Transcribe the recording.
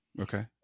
Okay